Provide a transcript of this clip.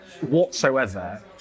whatsoever